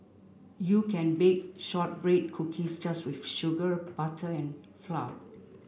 you can bake shortbread cookies just with sugar butter and flour